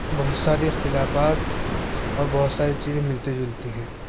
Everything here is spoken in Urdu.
بہت سارے اختلافات اور بہت ساری چیزیں ملتے جلتی ہیں